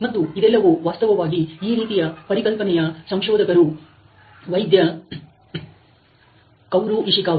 ಮತ್ತು ಇದೆಲ್ಲವೂ ವಾಸ್ತವವಾಗಿ ಈ ರೀತಿಯ ಪರಿಕಲ್ಪನೆಯ ಸಂಶೋಧಕರು ವೈದ್ಯ ಕೌರು ಇಶಿಕಾವ